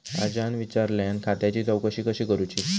आज्यान विचारल्यान खात्याची चौकशी कशी करुची?